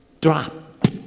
drop